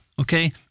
okay